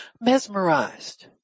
mesmerized